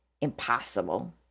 impossible